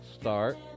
start